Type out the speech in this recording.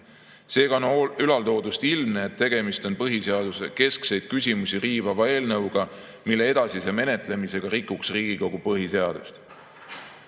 Seega on ülaltoodust ilmne, et tegemist on põhiseaduse keskseid küsimusi riivava eelnõuga, mille edasise menetlemisega rikuks Riigikogu põhiseadust. Antud